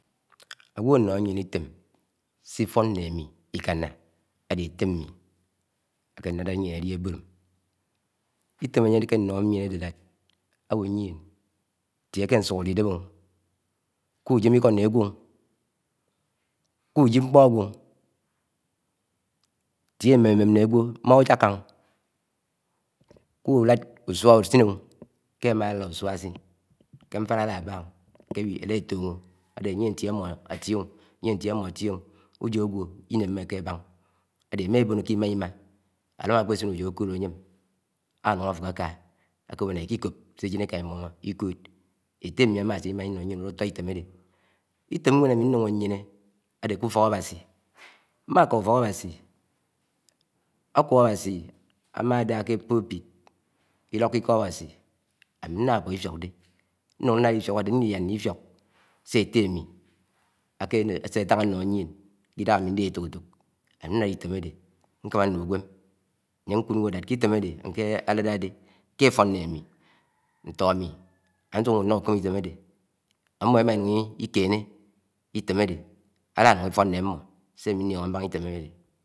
Áǵwo̱ áno̱ ḿie̱ṉ itém̱ Sifo̱n ṉṉé ámi ika̱na̱ ett́é ami ákelódo yien. olí ábo̱d ami item ányé áke anoho miẹn ódé iáḏ anwo̱ yie̱n ntie ke n̄sūka idem o̱ kujem iko nṉe agẃọ” O” kujip n̄kpọ áǵwo̱ tie, ém̱e̱m emem nne agwo, mma uja̱ka̱ kúlád usua̱ usin, O” ké m̱m̱á éḻa usua asi̱n ke ṉfiná alaba ke ela etoho, ade ayie ntie ammo atie, ni áyié ntié ám̱m̱o̱ átié ujó agẃọ iṉéméké abe ema ebono ké ima- ima álám akpesi̱n úyo̱ ákód alam ano̱n aehe aka llikóp śé áyeṉeḵa, ámḿo̱ i̱kọ́d. éṯte ámi̱ ama asima ińn ýiéṉ ùto̱ item̱ áde item uwé uwén ám̱ nńuho̱ yene āde̱ kẹ úfo̱ṉ Awasi, m̱m̱á ká ufo̱k Awási, ak̄ū Awasi ama ade ke, itie ukẃo̱lo íkó lloko iko Áẃási̱ ami labo ifiok de ńu̱u̱ ṉlàḍ ifiok àde niliaṉ ke̱ ifi̱ōk śe̱ ẹtte ami ake̱ - śetóṉ áṉo̱ yien ke ndaha ami ndehe eto̱k - eto̱k olad it́ém̱ áde̱ ṉkámá ṉlú ugwem, nlien nkud mbo ke ịtem̱ adé nke ládáde̱ ké áfo̱ ṉṉé ámi̱. Ṉtó áṃị ásu̱k m̱m̱ó ńṉọ ítéṃ ádé áláyu̱n ífọọ, ńṉé ám̱ó śe̱ ámi̱ nlio̱no̱ mḇáhá itém̱ áde̱de̱.